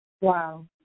Wow